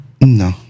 no